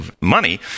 money